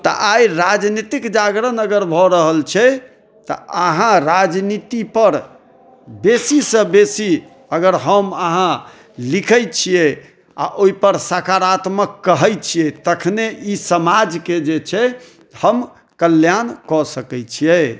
तऽ आइ राजनीतिक जागरण अगर भऽ रहल छै तऽ अहाँ राजनीति पर बेसी सॅं बेसी अगर हम अहाँ लिखै छियै आ ओहि पर सकारात्मक कहै छियै तखने ई समाज के जे छै हम कल्याण कऽ सकै छियै